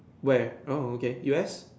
where oh okay U_S